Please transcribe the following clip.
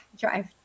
drive